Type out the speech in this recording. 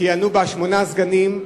שמונה סגנים.